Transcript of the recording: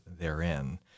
therein